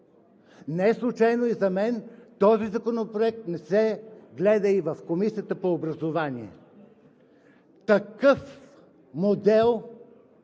не е случайно и за мен, че този законопроект не се гледа в Комисията по образование. Такъв модел